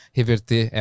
reverter